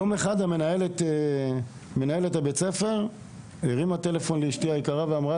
יום אחד מנהלת בית הספר הרימה טלפון לאשתי היקרה ואמרה